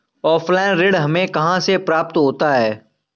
Offline ऋण हमें कहां से प्राप्त होता है?